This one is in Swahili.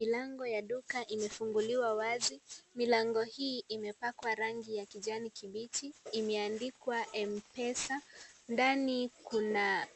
Milango ya duka imefunguliwa wazi, milango hii imepakwa rangi ya kijani kibichi imeandikwa mpesa. Ndani kuna